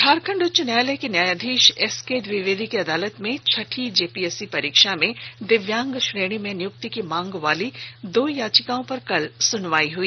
झारखंड उच्च न्यायालय के न्यायाधीश एसके द्विवेदी की अदालत में छठी जेपीएससी परीक्षा में दिव्यांग श्रेणी में नियुक्ति की मांग वाली दो याचिकाओं पर कल सुनवाई हुई